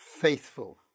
Faithful